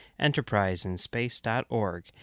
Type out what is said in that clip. EnterpriseInspace.org